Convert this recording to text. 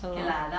ya lor